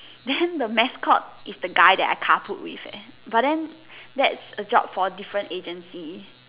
then the mascot is the guy that I carpooled with leh but then that's a job for different agency